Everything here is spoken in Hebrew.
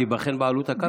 תיבחן בעלות הקרקע?